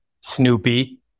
Snoopy